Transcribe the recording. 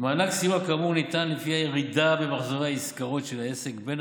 מענק סיוע כאמור ניתן לפי הירידה במחזור העסקאות של העסק בין